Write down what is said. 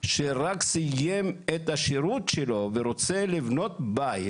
שרק סיים את השירות שלו ורוצה לבנות בית